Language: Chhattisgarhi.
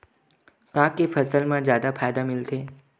का के फसल मा जादा फ़ायदा मिलथे?